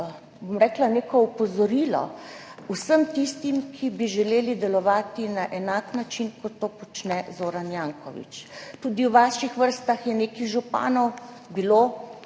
to tudi neko opozorilo vsem tistim, ki bi želeli delovati na enak način, kot to počne Zoran Janković. Tudi v vaših vrstah je bilo nekaj županov in